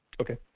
Okay